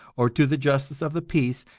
or to the justice of the peace,